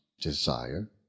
desire